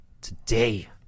today